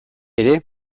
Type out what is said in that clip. ere